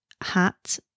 hat